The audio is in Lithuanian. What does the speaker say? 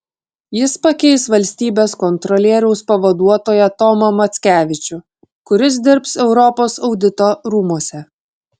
jis pakeis valstybės kontrolieriaus pavaduotoją tomą mackevičių kuris dirbs europos audito rūmuose